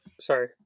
Sorry